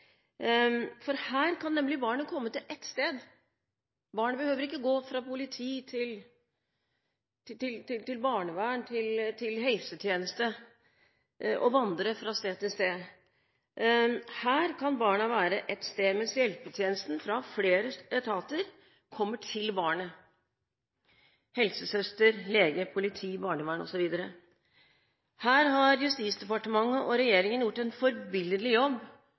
Her kan nemlig barnet komme til ett sted. Det trenger ikke å gå fra politiet til barnevernet til helsetjeneste og vandre fra sted til sted. Her kan barna være ett sted, mens hjelpetjenesten fra flere etater – helsesøster, lege, politi, barnevern osv. – kommer til barnet. Her har Justisdepartementet og regjeringen gjort en forbilledlig jobb